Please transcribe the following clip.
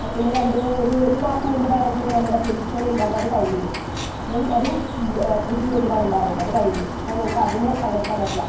ആ പിന്നെ രണ്ട് ഒരു ഒരു മാസം മുമ്പായിരുന്നു നമ്മുടെ പുലിക്കളിയുണ്ടായത് അത് കഴിഞ്ഞു അതും അതും തൃശൂർ വെച്ചിട്ടാണ് ഉണ്ടായിരുന്നത് അത് കഴിഞ്ഞു അപ്പം നമുക്ക് അതിന് പങ്കെടുക്കാൻ പറ്റില്ല